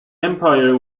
empire